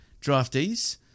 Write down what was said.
draftees